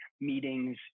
meetings